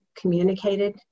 Communicated